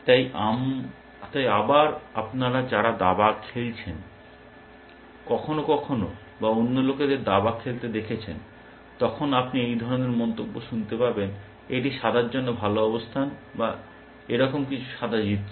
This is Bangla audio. তাই আবার আপনারা যারা দাবা খেলেছেন কখনও কখনও বা অন্য লোকেদের দাবা খেলতে দেখেছেন তখন আপনি এই ধরনের মন্তব্য শুনতে পাবেন এটি সাদার জন্য ভাল অবস্থান বা এরকম কিছু সাদা জিতছে